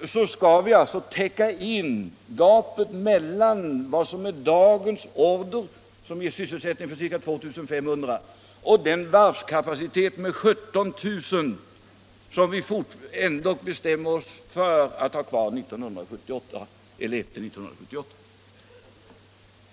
måste vi också täcka in gapet mellan dagens order, som ger sysselsättning åt ca 2 500 personer, och den varvskapacitet med 17 000 anställda som vi i dag bestämmer oss för att ha kvar efter 1978.